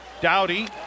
Dowdy